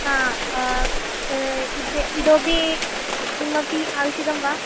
हा त इद् इतोपि किमपि आवश्यकं वा